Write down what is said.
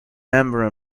member